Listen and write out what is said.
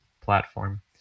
platform